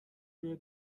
روی